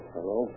Hello